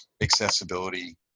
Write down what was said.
accessibility